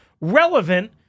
relevant